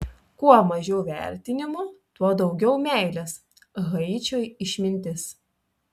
kuo mažiau vertinimo tuo daugiau meilės haičio išmintis